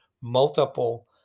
multiple